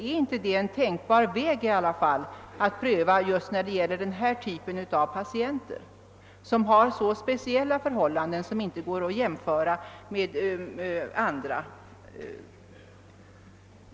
är inte det en tänkbar väg att pröva för just denna typ av patienter som har så speciella förhållanden som inte går att jämföra med andra?